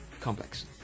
complex